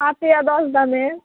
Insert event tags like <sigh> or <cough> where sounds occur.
<unintelligible>